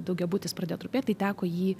daugiabutis pradėjo trupėt tai teko jį